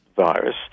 virus